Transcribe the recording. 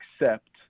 accept